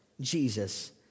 Jesus